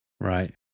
Right